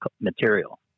material